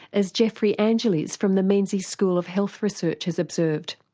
as geoffrey angeles from the menzies school of health research has observed.